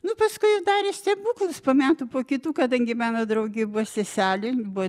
nu paskui jos darė stebuklus po metų po kitų kadangi mano draugė buvo seselė buvo